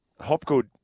Hopgood